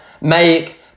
make